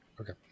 Okay